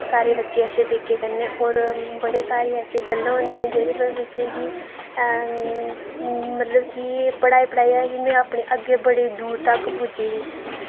सारे बच्चे अच्छे तरीके कन्नै और बड़े सारे ऐसी गल्लां होंदियां जेह्दे बिच कि मतलब कि एह् पढ़ाई पढ़ाइयै कि मैं अपने अग्गै बड़े दूर तक पुज्जी गेई